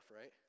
right